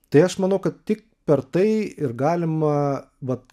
tai aš manau kad tik per tai ir galima vat